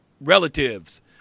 relatives